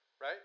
right